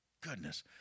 goodness